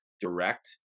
direct